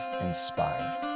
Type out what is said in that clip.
Inspired